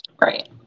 right